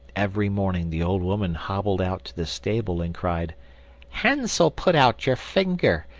every morning the old woman hobbled out to the stable and cried hansel, put out your finger,